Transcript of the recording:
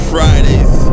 Fridays